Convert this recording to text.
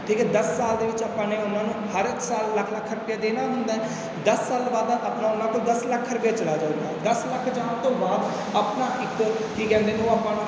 ਠੀਕ ਹੈ ਦਸ ਸਾਲ ਦੇ ਵਿੱਚ ਆਪਾਂ ਨੇ ਉਨ੍ਹਾਂ ਨੂੰ ਹਰ ਇੱਕ ਸਾਲ ਲੱਖ ਲੱਖ ਰੁਪਈਆ ਦੇਣਾ ਹੁੰਦਾ ਹੈ ਦਸ ਸਾਲ ਬਾਅਦ ਆਪਣਾ ਉਨ੍ਹਾਂ ਕੋਲ ਦਸ ਲੱਖ ਰੁਪਈਆ ਚਲਾ ਜਾਂਦਾ ਦਸ ਲੱਖ ਜਾਣ ਤੋਂ ਬਾਅਦ ਆਪਣਾ ਇੱਕ ਕੀ ਕਹਿੰਦੇ ਨੇ ਉਹ ਆਪਾਂ ਨੂੰ